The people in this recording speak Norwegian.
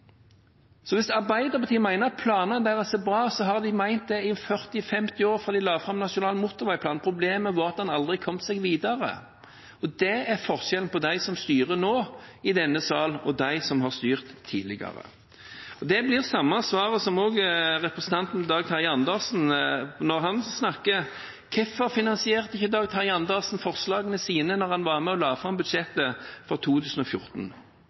Så hvis Arbeiderpartiet mener at planene deres er bra, har de ment det i 40–50 år, fra de la fram nasjonal motorveiplan. Problemet var at en aldri kom seg videre. Det er forskjellen på dem som styrer nå i denne salen, og dem som har styrt tidligere. Det blir det samme svaret også til representanten Dag Terje Andersen på det han snakker om. Hvorfor finansierte ikke Dag Terje Andersen forslagene sine, når han var med og la fram budsjettet for 2014?